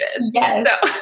Yes